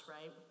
right